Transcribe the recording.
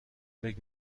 فکر